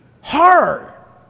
horror